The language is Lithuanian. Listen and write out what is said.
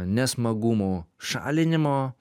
nesmagumų šalinimo